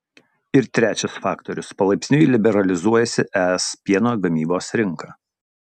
ir trečias faktorius palaipsniui liberalizuojasi es pieno gamybos rinka